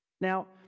Now